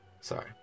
Sorry